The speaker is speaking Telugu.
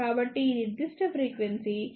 కాబట్టి ఈ నిర్దిష్ట ఫ్రీక్వెన్సీ ఇది సుమారు 0